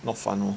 not fun orh